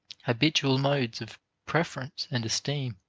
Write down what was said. habitual modes of preference and esteem,